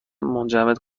منجمد